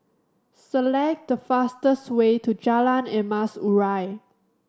select the fastest way to Jalan Emas Urai